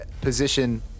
position